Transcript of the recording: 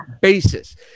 basis